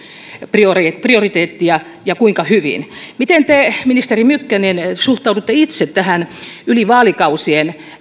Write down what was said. prioriteettia prioriteettia ja kuinka hyvin miten te ministeri mykkänen suhtaudutte itse tähän yli vaalikausien